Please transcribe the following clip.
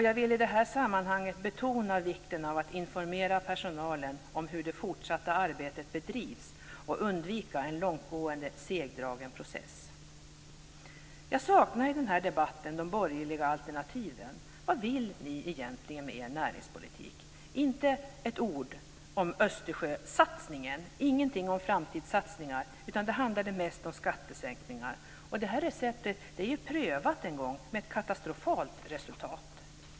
Jag vill i detta sammanhang betona vikten av att informera personalen om hur det fortsatta arbetet bedrivs och undvika en långtgående, segdragen process. Jag saknar i denna debatt de borgerliga alternativen. Vad vill ni egentligen med er näringspolitik? Inte ett ord om Östersjösatsningen, ingenting om framtidssatsningar, utan det handlar mest om skattesänkningar. Och detta recept är ju prövat en gång med katastrofala resultat.